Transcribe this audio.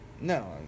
no